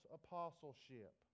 apostleship